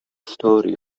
story